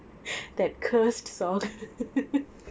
that cursed sound